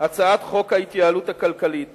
הצעת חוק ההתייעלות הכלכלית